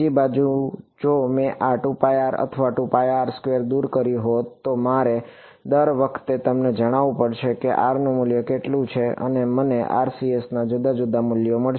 બીજી બાજુ જો મેં આ અથવા દૂર કર્યું હોત તો મારે દર વખતે તમને જણાવવું પડશે કે r નું મૂલ્ય કેટલું છે અને મને RCS ના જુદા જુદા મૂલ્યો મળશે